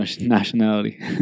nationality